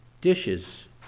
dishes